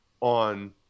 on